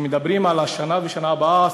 כשמדברים על השנה ועל השנה הבאה,